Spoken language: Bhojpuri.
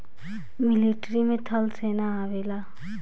मिलिट्री में थल सेना आवेला